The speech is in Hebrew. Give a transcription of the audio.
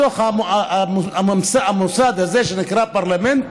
בתוך המוסד הזה שנקרא פרלמנט,